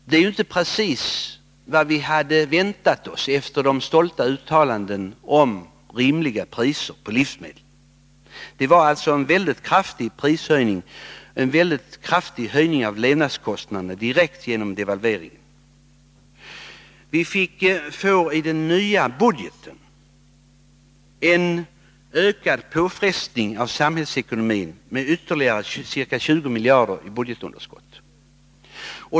Det är inte precis vad vi hade väntat oss efter de stolta uttalandena om rimliga priser på livsmedel. Genom devalveringen skedde alltså direkt en väldigt kraftig höjning av priser och levnadskostnader. Den nya budgeten medförde en ökad påfrestning på samhällsekonomin med ytterligare 20 miljarder kronor i budgetunderskott.